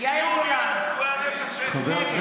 יאיר גולן, נגד